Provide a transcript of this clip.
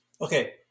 Okay